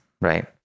right